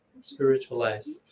spiritualized